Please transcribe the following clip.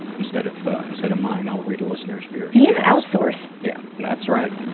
instead of instead of mine, i'll read a listener's fears. yeah, outsource. yeah. that's right.